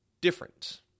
different